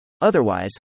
Otherwise